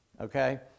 okay